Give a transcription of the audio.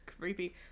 Creepy